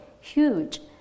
huge